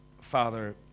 Father